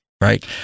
Right